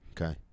Okay